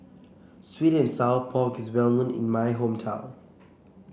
sweet and Sour Pork is well known in my hometown